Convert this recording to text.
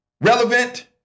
relevant